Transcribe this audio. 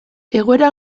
egoera